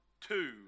Two